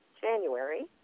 January